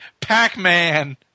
Pac-Man